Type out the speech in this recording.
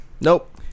Nope